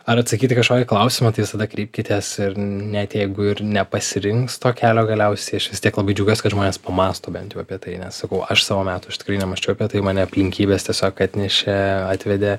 ar atsakyt į kažkokį klausimą tai visada kreipkitės ir net jeigu ir nepasirinks to kelio galiausiai aš vis tiek labai džiaugiuosi kad žmonės pamąsto bent jau apie tai nes sakau aš savo metų iš tikrųjų nemąsčiau apie tai mane aplinkybės tiesiog atnešė atvedė